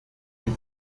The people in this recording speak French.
eût